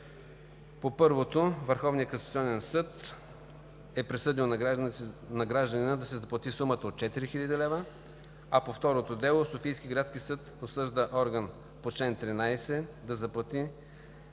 По първото Върховният касационен съд е присъдил на гражданина да заплати сумата от 4 хил. лв., а по второто дело Софийски градски съд осъжда орган по чл. 13 да заплати